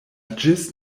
ĝis